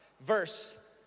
verse